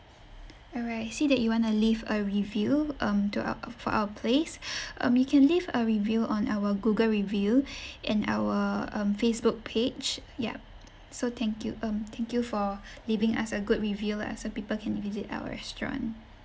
all right I see that you want to leave a review um to our our for our place um you can leave a review on our Google review and our um Facebook page yup so thank you um thank you for leaving us a good review lah so people can visit our restaurant